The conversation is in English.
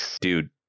Dude